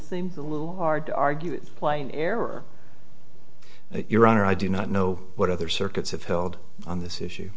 seems a little hard to argue plain error your honor i do not know what other circuits have held on this issue